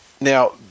Now